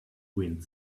wind